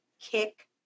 kick